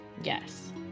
Yes